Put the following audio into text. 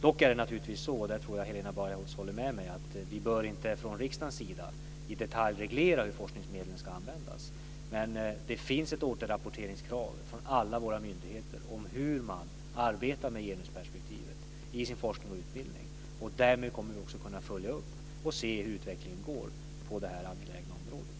Dock är det naturligtvis så, och där tror jag att Helena Bargholtz håller med mig, att vi från riksdagens sida inte bör i detalj reglera hur forskningsmedlen ska användas. Det finns ett återrapporteringskrav från alla våra myndigheter om hur man arbetar med genusperspektivet i forskning och utbildning. Därmed kommer vi också att kunna följa upp och se hur utvecklingen blir på det här angelägna området.